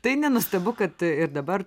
tai nenuostabu kad ir dabar